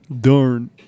Darn